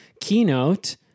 keynote